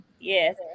Yes